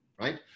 right